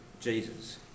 Jesus